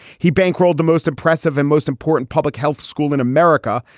he bankrolled the most impressive and most important public health school in america.